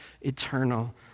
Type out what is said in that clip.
eternal